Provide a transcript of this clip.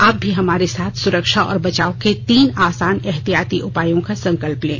आप भी हमारे साथ सुरक्षा और बचाव के तीन आसान एहतियाती उपायों का संकल्प लें